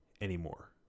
anymore